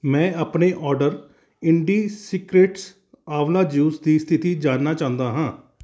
ਮੈਂ ਆਪਣੇ ਆਰਡਰ ਇੰਡੀਸਿਕ੍ਰੇਟਸ ਆਂਵਲਾ ਜੂਸ ਦੀ ਸਥਿਤੀ ਜਾਣਨਾ ਚਾਹੁੰਦਾ ਹਾਂ